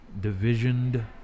divisioned